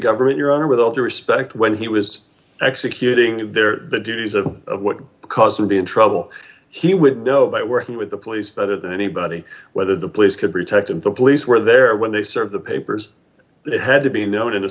government your honor with all due respect when he was executing their duties of what caused him to be in trouble he would know by working with the police better than anybody whether the police could protect him the police were there when they serve the papers but it had to be no